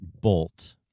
Bolt